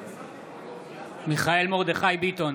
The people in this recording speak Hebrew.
נגד דוד ביטן,